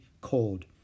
cold